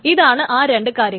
ഇതാണ് ആ രണ്ടു കാര്യങ്ങൾ